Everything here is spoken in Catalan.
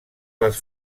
les